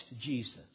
Jesus